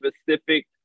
specific